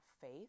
faith